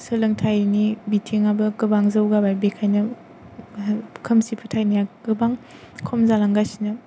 सोलोंथायनि बिथिङाबो गोबां जौगाबाय बेखायनो खोमसि फोथायनाया गोबां खम जालांगासिनो